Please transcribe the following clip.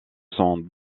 sont